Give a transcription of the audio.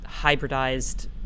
hybridized